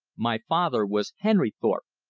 my father was henry thorpe,